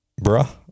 Bruh